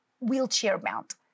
wheelchair-mount